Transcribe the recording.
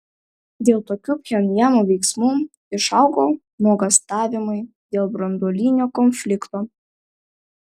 dėl tokių pchenjano veiksmų išaugo nuogąstavimai dėl branduolinio konflikto